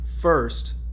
first